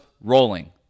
rolling